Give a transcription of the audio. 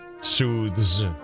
soothes